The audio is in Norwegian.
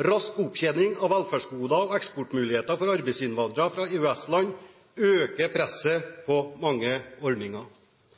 Rask opptjening av velferdsgoder og eksportmuligheter for arbeidsinnvandrere fra EØS-land øker presset på mange ordninger.